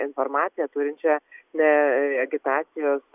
informaciją turinčią ne agitacijos